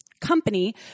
company